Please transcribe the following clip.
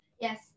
Yes